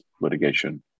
litigation